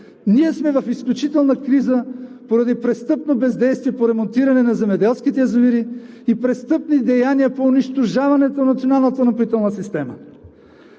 Ние сме в изключителна криза поради престъпно бездействие по ремонтиране на земеделските язовири и престъпни деяния по унищожаването на националната ни напоителна система.